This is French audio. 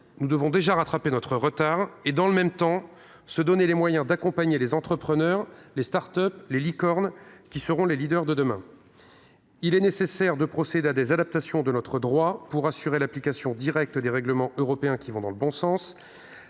nous devons rattraper notre retard et, dans le même temps, nous donner les moyens d’accompagner les entrepreneurs, les start up, les licornes qui seront les leaders de demain. Il est nécessaire de procéder à des adaptations de notre droit pour assurer l’application directe des règlements européens qui vont dans le bon sens.